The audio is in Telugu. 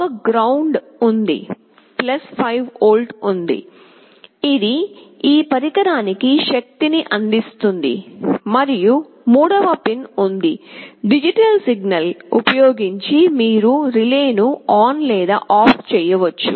ఒక GND ఉంది 5 వోల్ట్ ఉంది ఇది ఈ పరికరానికి శక్తిని అందిస్తుంది మరియు మూడవ పిన్ ఉంది డిజిటల్ సిగ్నల్ ఉపయోగించి మీరు రిలేను ఆన్ లేదా ఆఫ్ చేయవచ్చు